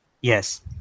Yes